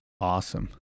awesome